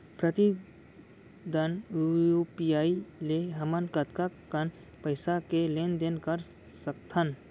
प्रतिदन यू.पी.आई ले हमन कतका कन पइसा के लेन देन ल कर सकथन?